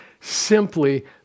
simply